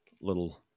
little